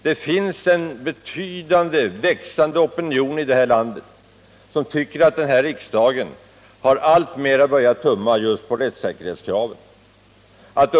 Det finns en betydande och växande opinion i det här landet som anser att riksdagen alltmer har börjat tumma på rättssäkerhetskravet i lagstiftningsarbetet.